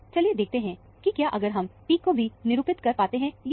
चलिए देखते हैं कि क्या अगर हम पीक को भी निरुपित कर पाते हैं या नहीं